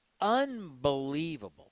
Unbelievable